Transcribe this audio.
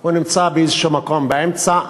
הוא נמצא באיזשהו מקום באמצע.